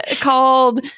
Called